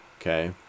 okay